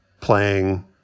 playing